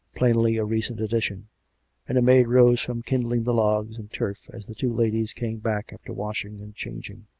plainly a recent addition and a maid rose from kindling the logs and turf, as the two ladies came back after wash ing and changing.